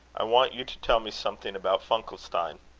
i want you to tell me something about funkelstein.